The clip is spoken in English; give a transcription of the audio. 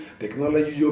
technology